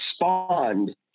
respond